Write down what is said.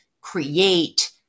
create